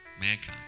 Mankind